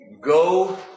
go